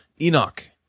Enoch